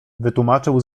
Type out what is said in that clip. wytłumaczył